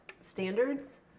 standards